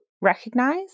recognize